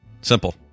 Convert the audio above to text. Simple